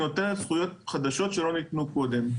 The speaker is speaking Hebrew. כי היא נותנת זכויות חדשות שלא ניתנו קודם.